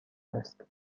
است